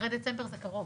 אחרי דצמבר זה קרוב.